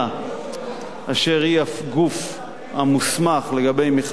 אשר היא הגוף המוסמך לגבי מכללות, אוניברסיטאות,